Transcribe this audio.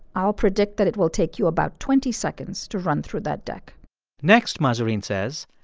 i'll predict that it will take you about twenty seconds to run through that deck next, mahzarin says,